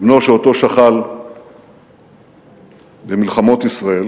בנו שאותו שכל במלחמות ישראל.